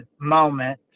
moment